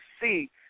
see